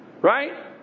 right